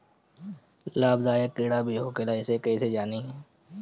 लाभदायक कीड़ा भी होखेला इसे कईसे जानी?